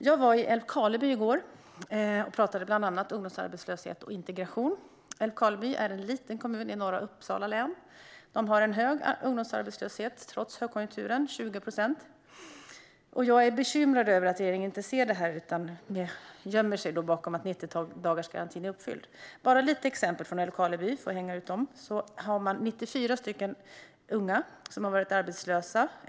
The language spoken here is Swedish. Jag var i Älvkarleby i går och pratade om bland annat ungdomsarbetslöshet och integration. Älvkarleby är en liten kommun i norra Uppsala län. De har trots högkonjunkturen en hög ungdomsarbetslöshet, 20 procent. Jag är bekymrad över att regeringen inte ser detta utan gömmer sig bakom att 90-dagarsgarantin är uppfylld. Jag ska ge ett exempel från Älvkarleby. De har 94 unga som i dag är arbetslösa.